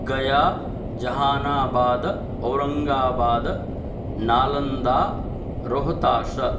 Gaya Jehanabad Aurangabad Nalanda Rohtash